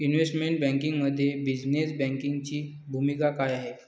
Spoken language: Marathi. इन्व्हेस्टमेंट बँकिंगमध्ये बिझनेस बँकिंगची भूमिका काय आहे?